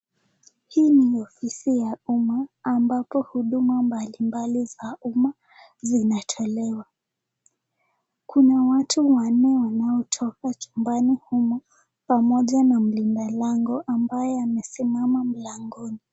Hii ni ofisi ya umma ambapo huduma mbalimbali za umma zinatolewa. Kuna watu wanne wanaotoka chumbani humu pamoja na mlinda lango ambaye amesimama mlangoni.